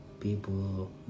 people